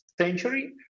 century